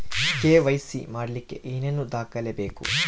KYC ಮಾಡಲಿಕ್ಕೆ ಏನೇನು ದಾಖಲೆಬೇಕು?